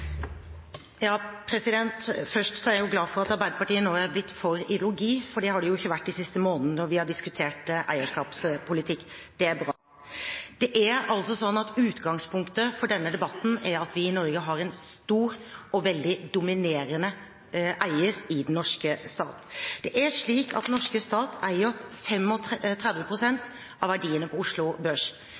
Først er jeg glad for at Arbeiderpartiet nå er blitt for ideologi, for det har de ikke vært de siste månedene når vi har diskutert eierskapspolitikk. Det er bra. Utgangspunktet for denne debatten er at vi i Norge har en stor og veldig dominerende eier i den norske stat. Den norske stat eier 35 pst. av verdiene på Oslo Børs.